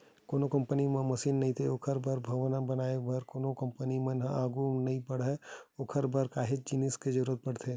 कोनो कंपनी म मसीन नइते ओखर बर भवन बनाएच भर म कोनो कंपनी मन ह आघू नइ बड़हय ओखर बर काहेच जिनिस के जरुरत पड़थे